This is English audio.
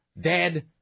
dead